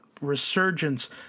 resurgence